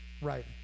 right